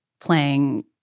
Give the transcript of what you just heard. playing